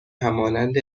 همانند